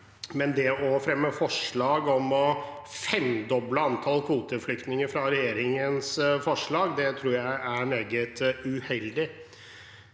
men det å fremme forslag om å femdoble antall kvoteflyktninger fra regjeringens forslag tror jeg er meget uheldig.